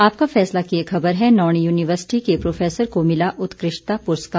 आपका फैसला की एक खबर हे नौणी यूनिवर्सिटी के प्रोफेसर को मिला उत्कृष्टता पुरस्कार